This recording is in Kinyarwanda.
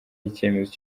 icyemezo